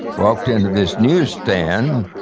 walked into this newsstand,